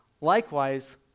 Likewise